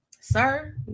sir